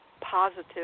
positive